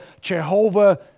Jehovah